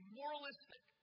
moralistic